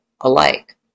alike